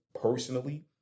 personally